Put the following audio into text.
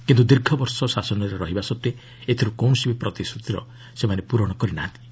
କିନ୍ତୁ ଦୀର୍ଘ ବର୍ଷ ଶାସନରେ ରହିବା ସତ୍ତ୍ୱେ ଏଥିରୁ କୌଣସି ବି ପ୍ରତିଶ୍ରତିର ସେମାନେ ପୂରଣ କରି ନାହାନ୍ତି